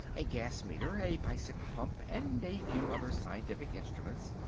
a gas-meter, a bicycle pump and a few other scientific instruments.